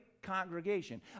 Congregation